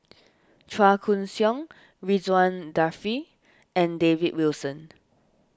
Chua Koon Siong Ridzwan Dzafir and David Wilson